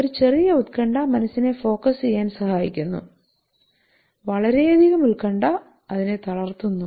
ഒരു ചെറിയ ഉത്കണ്ഠ മനസ്സിനെ ഫോക്കസ് ചെയ്യാൻ സഹായിക്കുന്നു വളരെയധികം ഉത്കണ്ഠ അതിനെ തളർത്തുന്നു